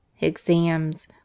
Exams